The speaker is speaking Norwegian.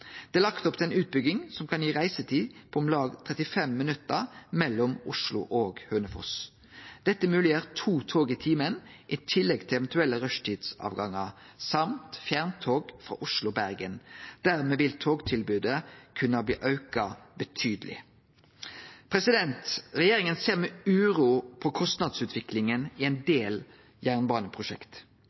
Det er lagt opp til ei utbygging som kan gi reisetid på om lag 35 minutt mellom Oslo og Hønefoss. Dette mogleggjer to tog i timen i tillegg til eventuelle rushtidsavgangar, og fjerntog frå Oslo til Bergen. Dermed vil togtilbodet kunne bli auka betydeleg. Regjeringa ser med uro på kostnadsutviklinga i ein del jernbaneprosjekt.